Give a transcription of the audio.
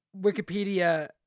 Wikipedia